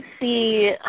See